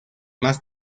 más